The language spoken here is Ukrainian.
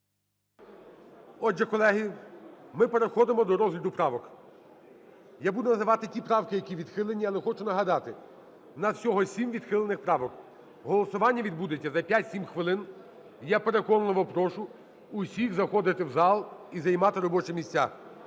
Отже, колеги, ми переходимо до розгляду правок. Я буду називати ті правки, які відхилені. Але хочу нагадати: в нас всього сім відхилених правок. Голосування відбудеться за 5-7 хвилин. Я переконливо прошу всіх заходити в зал і займати робочі місця,